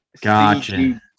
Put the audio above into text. Gotcha